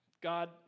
God